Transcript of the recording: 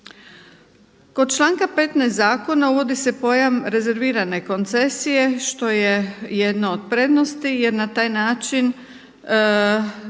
Kod članka 15. zakona uvodi se pojam rezervirane koncesije što je jedna od prednosti, jer na taj način